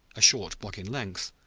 a short block in length,